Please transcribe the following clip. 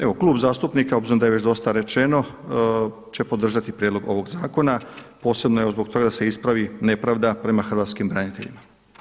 Evo Klub zastupnika obzirom da je već dosta rečeno će podržati prijedlog ovog zakona posebno evo zbog toga da se ispravi nepravda prema hrvatskim braniteljima.